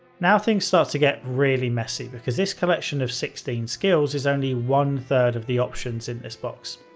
now things start to get really messy, because this collection of sixteen skills is only one third of the options in this box.